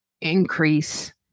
increase